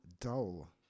dull